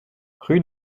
rue